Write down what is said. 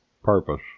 purpose